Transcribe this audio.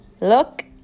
look